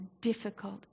difficult